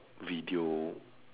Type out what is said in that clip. video